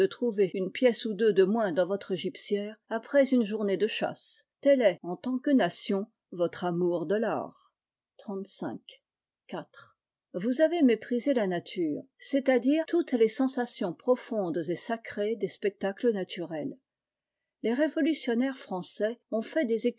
trouver une pièce ou deux de moins dans votre gibecière après une journée de chasse tel est en tant que nation votre amour de l'art iv vous avez méprisé la nature c'est-àdire toutes les sensations profondes et sacrées des spectacles naturels les révolutionnaires français ont fait des